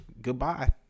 goodbye